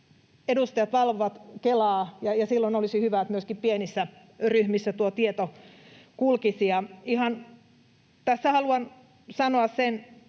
edustajat valvovat Kelaa, ja silloin olisi hyvä, että myöskin pienissä ryhmissä tuo tieto kulkisi. Tässä haluan sanoa sen,